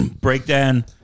Breakdown